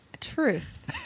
Truth